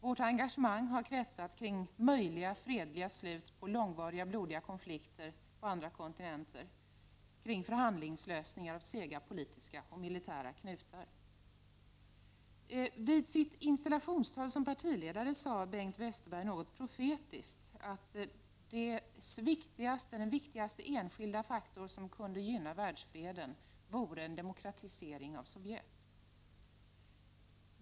Vårt engagemang har kretsat kring möjligheten till fredliga slut på långvariga blodiga konflikter på andra kontinenter och kring förhandlingslösningar av sega politiska och militära knutar. Vid sitt installationstal som partiledare sade Bengt Westerberg något profetiskt att den viktigaste enskilda faktor som kunde gynna världsfreden vore en demokratisering av Sovjet.